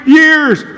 years